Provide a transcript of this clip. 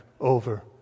over